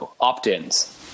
opt-ins